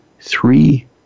three